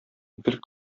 гел